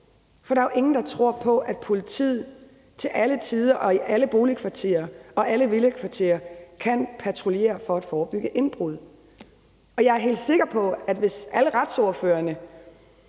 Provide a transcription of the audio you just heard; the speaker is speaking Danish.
for der er jo ingen, der tror på, at politiet til alle tider og i alle boligkvarterer og alle villakvarter kan patruljere for at forebygge indbrud. Jeg er helt sikker på, at hvis alle retsordførerne